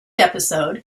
episode